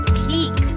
peak